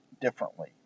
differently